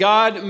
God